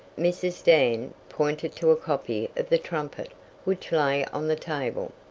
mrs. dan pointed to a copy of the trumpet which lay on the table.